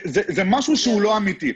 זה משהו שהוא לא אמיתי.